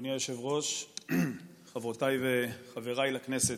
אדוני היושב-ראש, חברותיי וחבריי לכנסת,